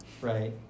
Right